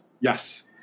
Yes